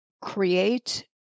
create